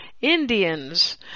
Indians